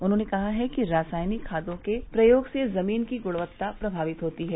उन्होंने कहा कि रासायनिक खादों के प्रयोग से जमीन की गुणवत्ता प्रभावित होती है